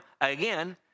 again